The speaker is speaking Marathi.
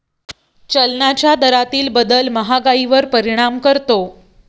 चलनाच्या दरातील बदल महागाईवर परिणाम करतो